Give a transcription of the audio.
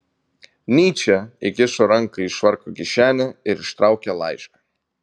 nyčė įkišo ranką į švarko kišenę ir ištraukė laišką